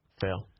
Fail